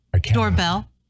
Doorbell